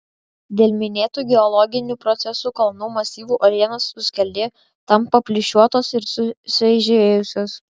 dėl minėtų geologinių procesų kalnų masyvų uolienos suskeldėja tampa plyšiuotos ir sueižėjusios